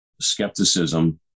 skepticism